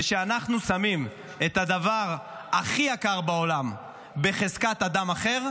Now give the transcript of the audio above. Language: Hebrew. וכשאנחנו שמים את הדבר הכי יקר בעולם בחזקת אדם אחר,